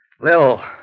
Lil